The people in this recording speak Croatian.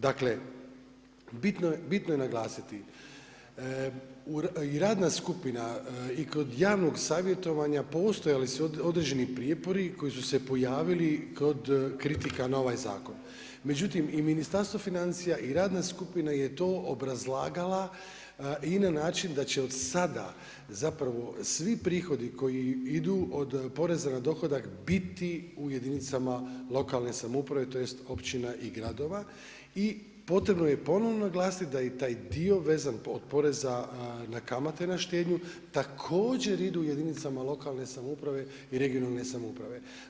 Dakle bitno je naglasiti i radna skupina i kod javnog savjetovanja postojali su određeni prijepori koje su se pojavili kod kritika na ovaj zakon, međutim i Ministarstvo financija i radna skupina je to obrazlagala i na način da će od sada svi prihodi koji idu od poreza na dohodak biti u jedinicama lokalne samouprave tj. općina i gradova i potrebno je ponovno naglasiti da i taj dio vezan od poreza na kamate na štednju također idu jedinicama lokalne samouprave i regionalne samouprave.